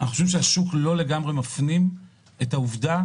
אנחנו חושבים שהשוק לא לגמרי מפנים את העובדה,